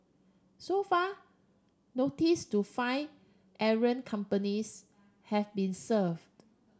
so far notice to five errant companies have been served